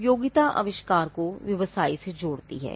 उपयोगिता आविष्कार को व्यवसाय से जोड़ती है